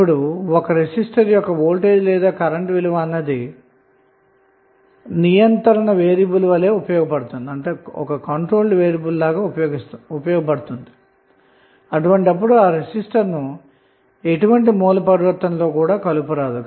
ఇప్పుడు ఒక రెసిస్టర్ యొక్క వోల్టేజ్ లేదా కరెంటు విలువ అన్నది నియంత్రణ వేరియబుల్ వలె ఉపయోగపడుతుంది అటువంటప్పుడు ఆ రెసిస్టర్ ను ఎటువంటి సోర్స్ ట్రాన్సఫార్మషన్ లో కూడా కలుపరాదు